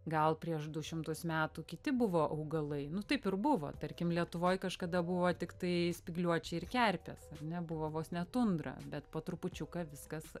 gal prieš du šimtus metų kiti buvo augalai nu taip ir buvo tarkim lietuvoj kažkada buvo tiktai spygliuočiai ir kerpės ne buvo vos ne tundra bet po trupučiuką viskas